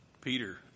Peter